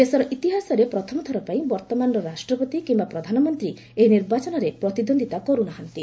ଦେଶର ଇତିହାସରେ ପ୍ରଥମ ଥର ପାଇଁ ବର୍ତ୍ତମାନର ରାଷ୍ଟ୍ରପତି କିମ୍ବା ପ୍ରଧାନମନ୍ତ୍ରୀ ଏହି ନିର୍ବାଚନରେ ପ୍ରତିଦ୍ୱନ୍ଦ୍ୱିତା କରୁ ନାହାନ୍ତି